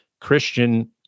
Christian